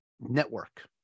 network